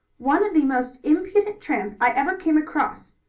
one of the most impudent tramps i ever came across,